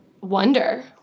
wonder